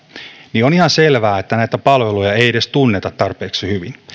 niin on ihan selvää että näitä palveluja ei edes tunneta tarpeeksi hyvin